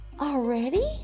already